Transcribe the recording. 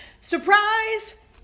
Surprise